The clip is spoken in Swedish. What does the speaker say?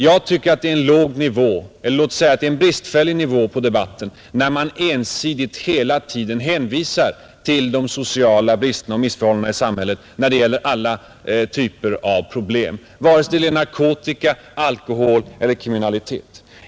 Jag tycker det är en bristfällig nivå på debatten när man ensidigt hela tiden hänvisar till de sociala bristerna och missförhållandena i samhället då det gäller alla typer av problem, vare sig det är narkotika, alkohol eller kriminalitet.